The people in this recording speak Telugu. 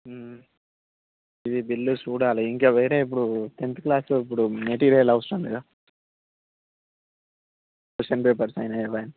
ఇది బిల్లు చూడాలి ఇంకా వేరే ఇప్పుడు టెన్త్ క్లాస్లో ఇప్పుడు మెటీరియల్ వస్తుంది కదా క్వశ్చన్ పేపర్స్ అయిన అవైన